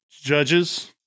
Judges